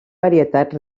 varietats